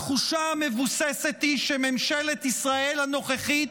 התחושה המבוססת היא שממשלת ישראל הנוכחית